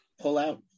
pullout